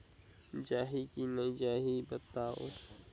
जाही की नइ जाही बताव?